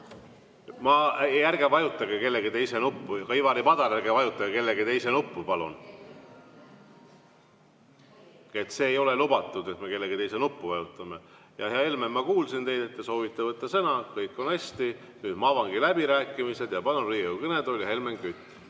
Ei, ärge vajutage kellegi teise nuppu. Ivari Padar, ärge vajutage kellegi teise nuppu, palun! See ei ole lubatud, et me kellegi teise nuppu vajutame. Hea Helmen, ma kuulsin, et te soovite võtta sõna. Kõik on hästi. Nüüd ma avangi läbirääkimised ja palun Riigikogu kõnetooli Helmen Küti.